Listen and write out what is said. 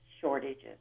shortages